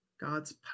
God's